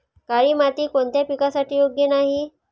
काळी माती कोणत्या पिकासाठी योग्य नाही?